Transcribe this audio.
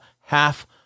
half